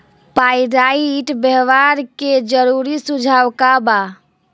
Pyrite व्यवहार के जरूरी सुझाव का वा?